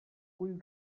full